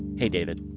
hey david